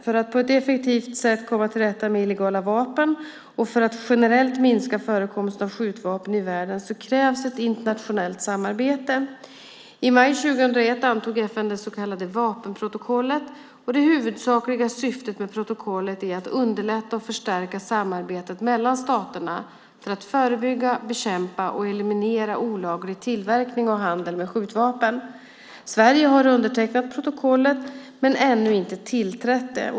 För att på ett effektivt sätt komma till rätta med illegala vapen och för att generellt minska förekomsten av skjutvapen i världen krävs internationellt samarbete. I maj 2001 antog FN det så kallade vapenprotokollet. Det huvudsakliga syftet med protokollet är att underlätta och förstärka samarbetet mellan staterna för att förebygga, bekämpa och eliminera olaglig tillverkning och handel med skjutvapen. Sverige har undertecknat protokollet men ännu inte tillträtt det.